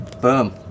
Boom